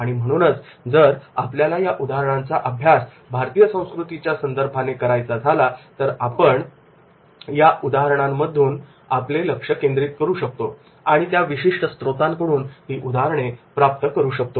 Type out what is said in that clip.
आणि म्हणूनच जर आपल्याला या उदाहरणांचा अभ्यास भारतीय संस्कृतीच्या संदर्भाने करायचा झाला तर आपण त्या उदाहरणांवरून आपले लक्ष केंद्रित करू शकतो आणि त्या विशिष्ट स्त्रोतांकडून ती उदाहरणे प्राप्त करू शकतो